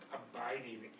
abiding